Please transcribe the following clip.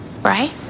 Right